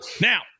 Now